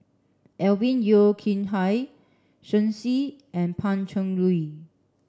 Alvin Yeo Khirn Hai Shen Xi and Pan Cheng Lui